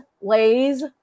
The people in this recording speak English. Lay's